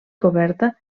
coberta